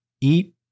eat